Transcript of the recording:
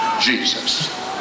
Jesus